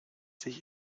sich